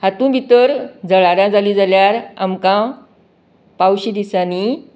हातूंत भितर जळारां जालीं जाल्यार आमकां पावशी दिसांनी